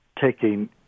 taking